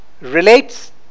relates